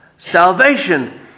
Salvation